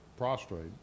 prostrate